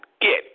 get